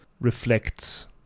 reflects